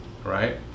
Right